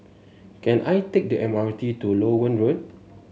can I take the M R T to Loewen Road